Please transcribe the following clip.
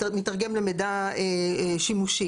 מתרגם למידע שימושי.